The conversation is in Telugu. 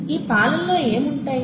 ఈ పాలల్లో ఏమి ఉంటాయి